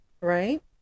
right